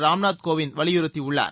ராம்நாத் கோவிந்த் வலியுறுத்தியுள்ளார்